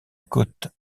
côte